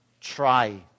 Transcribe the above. try